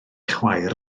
chwaer